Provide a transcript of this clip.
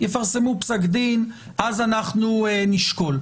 יפרסמו פסק דין ואז אנחנו נשקול.